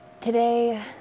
Today